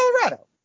Colorado